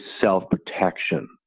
self-protection